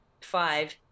five